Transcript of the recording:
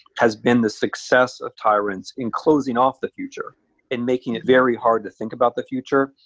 has been the success of tyrants in closing off the future and making it very hard to think about the future,